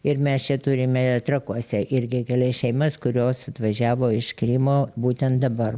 ir mes čia turime trakuose irgi kelias šeimas kurios atvažiavo iš krymo būtent dabar